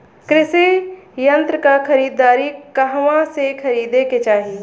कृषि यंत्र क खरीदारी कहवा से खरीदे के चाही?